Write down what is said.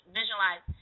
visualize